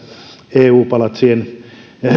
eu palatsien